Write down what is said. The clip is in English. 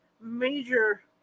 major